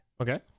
Okay